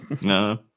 No